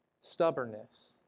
stubbornness